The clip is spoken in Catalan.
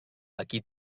aquí